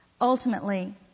ultimately